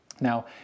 Now